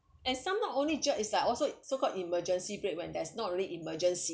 and some not only jerk it's like also so called emergency brake when that's not really emergency